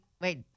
Wait